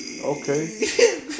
Okay